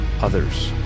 others